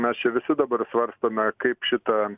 mes čia visi dabar svarstome kaip šitą